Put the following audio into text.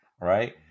Right